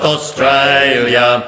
Australia